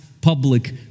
public